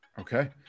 Okay